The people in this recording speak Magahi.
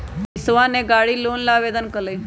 मनीषवा ने गाड़ी लोन ला आवेदन कई लय है